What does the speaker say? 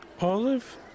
Olive